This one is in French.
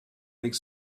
avec